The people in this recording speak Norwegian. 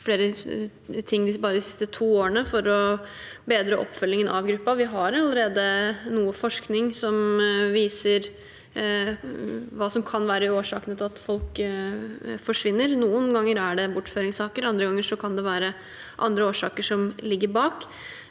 flere tiltak for å bedre oppfølgingen av gruppen. Vi har allerede noe forskning som viser hva som kan være årsaker til at folk forsvinner. Noen ganger er det bortføringssaker, andre ganger kan det være andre årsaker som ligger bak.